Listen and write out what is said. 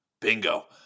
Bingo